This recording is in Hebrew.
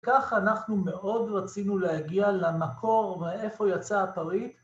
כך אנחנו מאוד רצינו להגיע למקור מאיפה יצא הפריט.